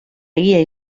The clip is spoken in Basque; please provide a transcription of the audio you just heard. egia